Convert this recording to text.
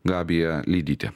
gabija lidytė